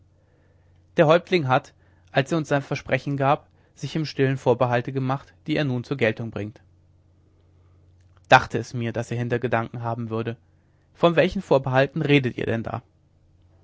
der häuptling hat als er uns sein versprechen gab sich im stillen vorbehalte gemacht die er nun zur geltung bringt dachte es mir daß er hintergedanken haben würde von welchen vorbehalten redet ihr denn da